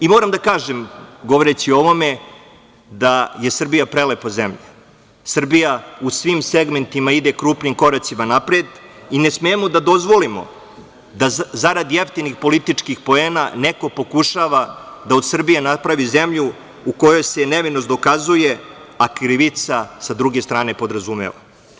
Moram da kažem, govoreći o ovome, da je Srbija prelepa zemlja, Srbija u svim segmentima ide krupnim koracima napred i ne smemo da dozvolimo da zarad jeftinih političkih poena neko pokušava da od Srbije napravi zemlju u kojoj se nevinost dokazuje, a krivica sa druge strane podrazumeva.